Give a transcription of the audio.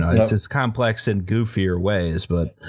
ah it's it's complex in goofier ways, but.